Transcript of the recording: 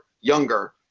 younger